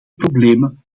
problemen